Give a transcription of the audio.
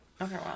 Okay